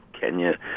Kenya